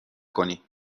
کنیم